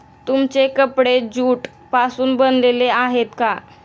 तुमचे कपडे ज्यूट पासून बनलेले आहेत का?